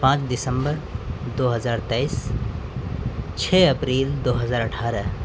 پانچ دسمبر دو ہزار تئیس چھ اپریل دو ہزار اٹھارہ